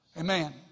Amen